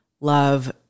love